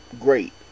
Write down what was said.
great